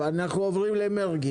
אז מקלב, אנחנו עוברים למרגי.